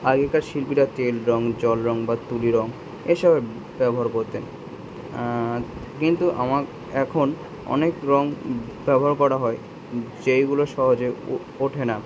আগেকার শিল্পীরা তেল রঙ জল রঙ বা তুলি রঙ এসবের ব্যবহার করতেন কিন্তু আমার এখন অনেক রঙ ব্যবহার করা হয় যেইগুলো সহজে ওঠে না